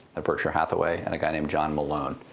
at berkshire hathaway, and a guy named john malone,